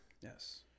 Yes